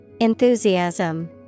Enthusiasm